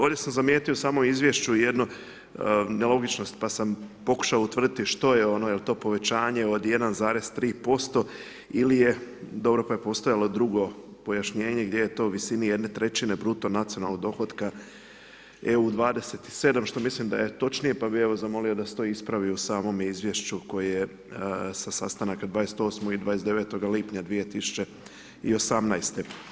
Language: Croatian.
Ovdje sam zamijetio samo u izvješću jedno nelogičnost, pa sam pokušao utvrditi što je ono, jel to povećanje od 1,3% ili je, dobro pa je postojalo drugo pojašnjenje, gdje je to u visini 1/3 bruto nacionalnog dohotka EU 27 što mislim da je točnije, pa bi, evo, zamolio da se to ispravi u samom izvješću koje je sa sastanaka 28. i 29. lipnja 2018.